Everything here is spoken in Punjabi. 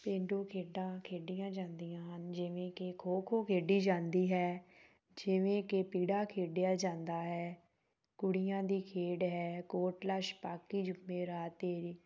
ਪੇਂਡੂ ਖੇਡਾਂ ਖੇਡੀਆਂ ਜਾਂਦੀਆਂ ਹਨ ਜਿਵੇਂ ਕਿ ਖੋ ਖੋ ਖੇਡੀ ਜਾਂਦੀ ਹੈ ਜਿਵੇਂ ਕਿ ਪੀੜਾ ਖੇਡਿਆ ਜਾਂਦਾ ਹੈ ਕੁੜੀਆਂ ਦੀ ਖੇਡ ਹੈ ਕੋਟਲਾ ਛਪਾਕੀ ਜੁੰਮੇ ਰਾਤ 'ਤੇ